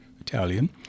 Italian